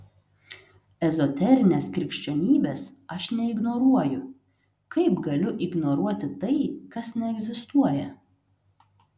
ezoterinės krikščionybės aš neignoruoju kaip galiu ignoruoti tai kas neegzistuoja